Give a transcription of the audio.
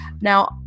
now